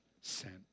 sent